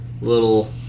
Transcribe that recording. little